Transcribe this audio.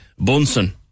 Bunsen